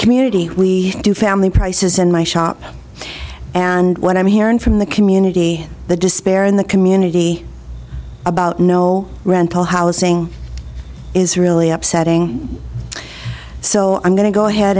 community we do family prices in my shop and what i'm hearing from the community the despair in the community about no rental housing is really upsetting so i'm going to go ahead